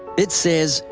it says,